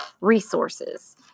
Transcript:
resources